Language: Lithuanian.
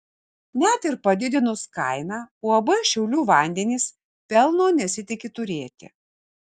net ir padidinus kainą uab šiaulių vandenys pelno nesitiki turėti